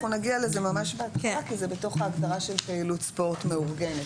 אנחנו נגיע לזה ממש בהתחלה כי זה בתוך ההגדרה של פעילות ספורט מאורגנת.